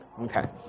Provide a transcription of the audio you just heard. Okay